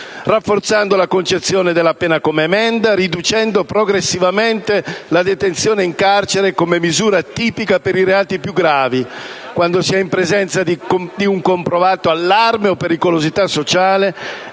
rafforzando la concezione della pena come ammenda e riducendo progressivamente la detenzione in carcere come misura tipica per i reati più gravi, quando si è in presenza di comprovato allarme o pericolosità sociale